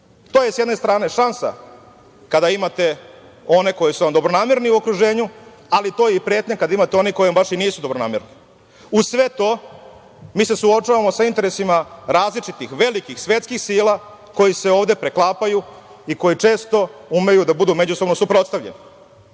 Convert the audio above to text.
To je, s jedne strane, šansa, kada imate one koji su vam dobronamerni u okruženju, ali to je i pretnja kada imate one koji vam baš i nisu dobronamerni. Uz sve to, mi se suočavamo sa interesima različitih velikih svetskih sila koji se ovde preklapaju i koji često umeju da budu međusobno suprotstavljeni. Predsednik